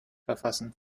verfassen